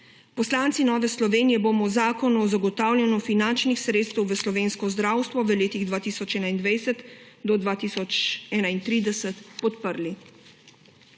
Poslanci Nove Slovenije bomo Zakon o zagotavljanju finančnih sredstev v slovensko zdravstvo v letih 2021–2031 podprli.